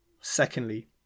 Secondly